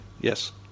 Yes